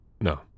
No